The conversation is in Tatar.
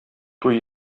туй